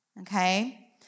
Okay